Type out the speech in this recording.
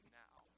now